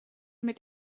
mit